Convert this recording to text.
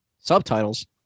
Subtitles